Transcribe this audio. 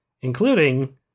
including